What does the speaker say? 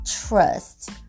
trust